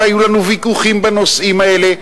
והיו לנו ויכוחים בנושאים האלה,